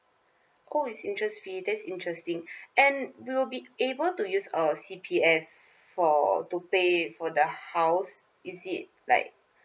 oh is interest free that's interesting and we will be able to use uh C_P_F for to pay for the house is it like